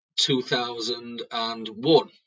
2001